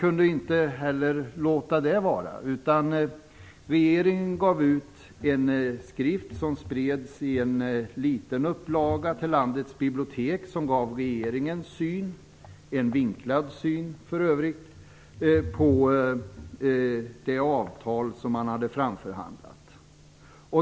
Men man kunde heller inte låta det vara. Regeringen gav ut en skrift som spreds i en liten upplaga till landets bibliotek. Den skriften gav regeringens syn - för övrigt en vinklad syn - på det avtal som man hade framförhandlat.